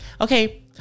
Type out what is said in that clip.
Okay